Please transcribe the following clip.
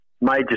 major